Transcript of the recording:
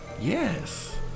Yes